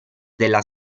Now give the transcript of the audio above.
della